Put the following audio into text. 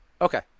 Okay